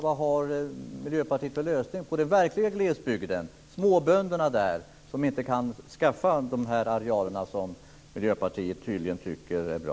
Vad har Miljöpartiet för lösning på problemen för den verkliga glesbygden? Det gäller småbönderna där som inte kan skaffa de arealer som Miljöpartiet tydligen tycker är bra.